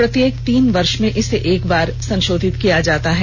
प्रत्येक तीन वर्ष में एक बार संशोधित किया जाता है